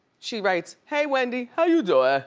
she writes, hey wendy, how you doin'?